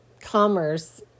commerce